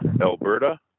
Alberta